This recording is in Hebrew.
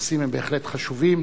הנושאים בהחלט חשובים.